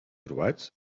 trobats